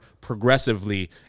progressively